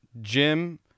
Jim